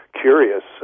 curious